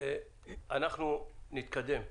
אנחנו נתקדם.